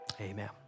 amen